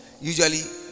Usually